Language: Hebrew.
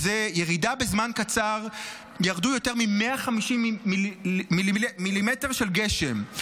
בזמן קצר ירדו יותר מ-150 מילימטרים של גשם.